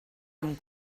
amb